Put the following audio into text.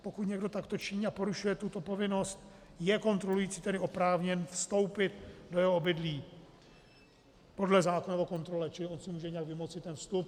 Pokud někdo takto činí a porušuje tuto povinnost, je kontrolující tedy oprávněn vstoupit do jeho obydlí podle zákona o kontrole, čili on si může nějak vymoci ten vstup.